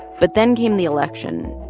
but then came the election,